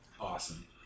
Awesome